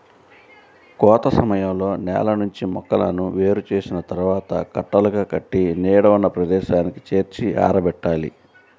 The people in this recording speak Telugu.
కోత సమయంలో నేల నుంచి మొక్కలను వేరు చేసిన తర్వాత కట్టలుగా కట్టి నీడ ఉన్న ప్రదేశానికి చేర్చి ఆరబెట్టాలి